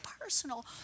personal